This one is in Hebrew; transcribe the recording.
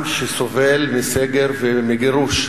עם שסובל מסגר ומגירוש,